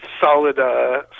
solid